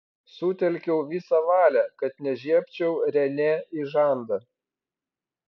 sutelkiau visą valią kad nežiebčiau renė į žandą